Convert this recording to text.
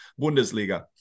Bundesliga